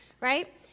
Right